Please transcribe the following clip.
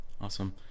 Awesome